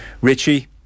Richie